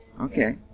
Okay